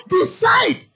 Decide